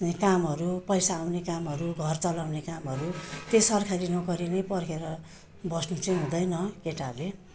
कामहरू पैसा आउने कामहरू घर चलाउने कामहरू त्यही सरकारी नोकरी नै पर्खेर बस्नु चाहिँ हुँदैन केटाहरूले